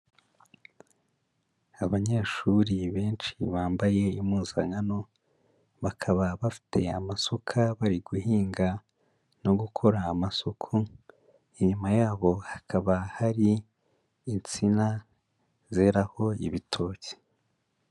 Abanyeshuri benshi bambaye impuzankano, bakaba bafite amasuka bari guhinga no gukora amasuku, inyuma yabo hakaba hari insina zeraho ibitoki.